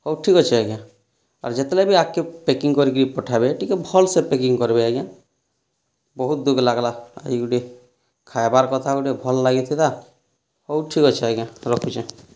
ହଉ ଠିକ୍ ଅଛି ଆଜ୍ଞା ଆର୍ ଯେତେବେଲେ ବି ଆଗ କେ ପ୍ୟାକିଙ୍ଗ୍ କରିକି ପଠାବେ ଟିକେ ଭଲ୍ ସେ ପ୍ୟାକିଙ୍ଗ୍ କରିବେ ଆଜ୍ଞା ବହୁତ୍ ଦୁଖ୍ ଲାଗ୍ଲା ଏଇ ଗୋଟେ ଖାଇବାର୍ କଥା ଗୋଟେ ଭଲ୍ ଲାଗିଥିଲା ହଉ ଠିକ୍ ଅଛି ଆଜ୍ଞା ରଖୁଛି